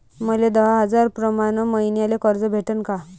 मले दहा हजार प्रमाण मईन्याले कर्ज भेटन का?